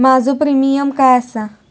माझो प्रीमियम काय आसा?